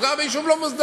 הוא גר ביישוב לא מוסדר,